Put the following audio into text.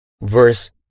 Verse